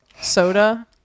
Soda